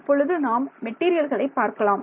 இப்பொழுது நாம் மெட்டீரியல்களை பார்க்கலாம்